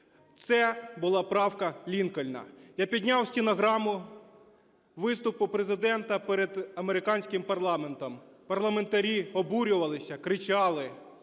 Це була правка Лінкольна. Я підняв стенограму виступу Президента перед американським парламентом. Парламентарі обурювалися, кричали,